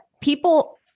people